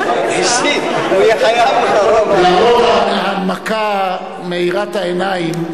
למרות ההנמקה מאירת העיניים,